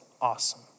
awesome